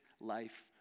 life